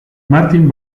martin